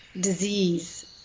disease